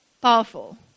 Powerful